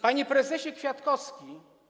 Panie Prezesie Kwiatkowski!